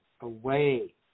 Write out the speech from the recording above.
away